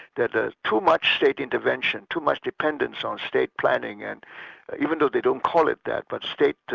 that ah too much state intervention, too much dependence on state planning and even though they don't call it that, but state